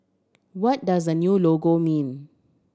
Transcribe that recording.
what does the new logo mean